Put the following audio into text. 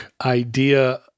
idea